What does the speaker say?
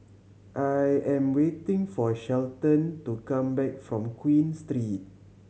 I am waiting for Shelton to come back from Queen Street